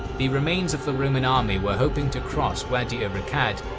the remains of the roman army were hoping to cross wadi-ur-raqqad,